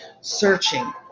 searching